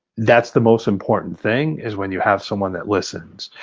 that's the most important thing is when you have someone that listens.